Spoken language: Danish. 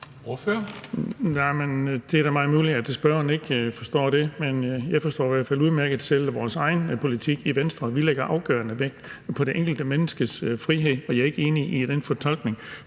det er da meget muligt, at spørgeren ikke forstår det, men selv forstår jeg i hvert fald udmærket vores egen politik i Venstre. Vi lægger afgørende vægt på det enkelte menneskes frihed, og jeg er ikke enig i den fortolkning,